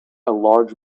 large